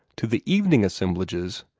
to the evening assemblages,